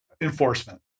enforcement